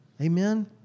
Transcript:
Amen